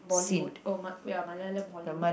Bollywood oh Ma~ ya Malayalam Hollywood